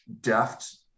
deft